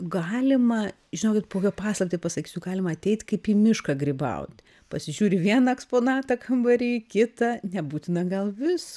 galima žinokit po jo paslaptį pasakysiu galima ateiti kaip į mišką grybauti pasižiūri vieną eksponatą kambary kitą nebūtina gal vis